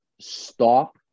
Stop